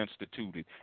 instituted